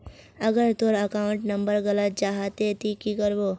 अगर तोर account number गलत जाहा ते की करबो?